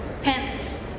Pence